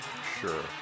Sure